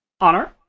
Honor